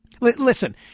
Listen